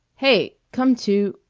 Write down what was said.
hey! come to!